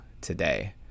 today